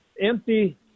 empty